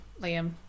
Liam